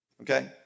okay